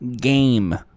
game